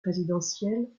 présidentiel